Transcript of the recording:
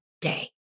day